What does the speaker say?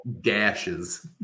dashes